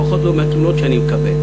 לפחות לא לפי התלונות שאני מקבל.